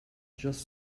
just